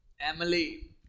Emily